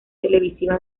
televisiva